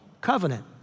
covenant